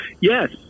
Yes